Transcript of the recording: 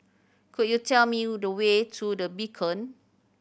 could you tell me the way to The Beacon